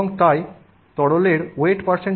এবং তাই তরলের ওয়েট Cα এর সমান হবে